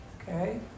Okay